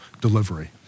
delivery